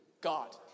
God